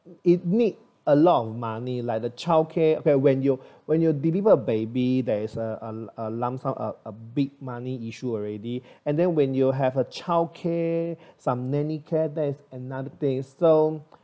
it need a lot of money like the childcare like when you when you deliver a baby there's a a a lump sum a a a big money issue already and then when you have a childcare some nanny care there's another thing so